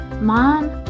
mom